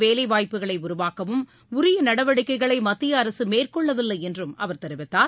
வேலை வாய்ப்புகளை உருவாக்கவும் உரிய நடவடிக்கைகளை புதிய மத்திய அரசு மேற்கொள்ளவில்லை என்றும் அவர் தெரிவித்தார்